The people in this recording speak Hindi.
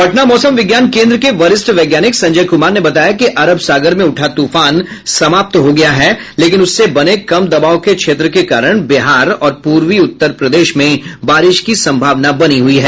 पटना मौसम विज्ञान केंद्र के वरिष्ठ वैज्ञानिक संजय कुमार ने बताया कि अरब सागर में उठा तूफान समाप्त हो गया है लेकिन उससे बने कम दबाव के क्षेत्र के कारण बिहार और पूर्वी उत्तर प्रदेश में बारिश की संभावना बनी हुयी है